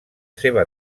seva